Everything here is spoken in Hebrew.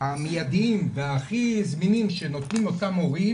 המיידים וההכי זמינים שנותנים אותם הורים,